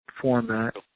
format